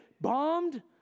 bombed